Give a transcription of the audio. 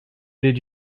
did